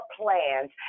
plans